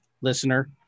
listener